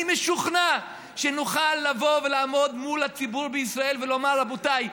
אני משוכנע שנוכל לבוא ולעמוד מול הציבור בישראל ולומר: רבותיי,